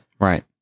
right